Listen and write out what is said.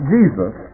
Jesus